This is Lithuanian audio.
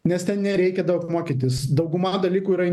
nes ten nereikia daug mokytis dauguma dalykų yra